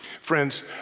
Friends